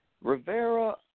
Rivera